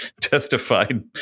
testified